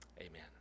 Amen